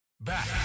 Back